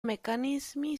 meccanismi